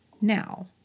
now